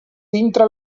dintre